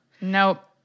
Nope